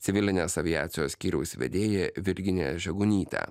civilinės aviacijos skyriaus vedėja virginija žegunyte